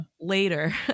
later